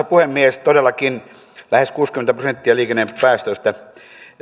puhemies todellakin lähes kuusikymmentä prosenttia liikennepäästöistä